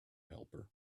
helper